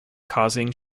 causing